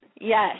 Yes